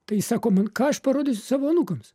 tai jis sako man ką aš parodysiu savo anūkams